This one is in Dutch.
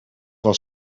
van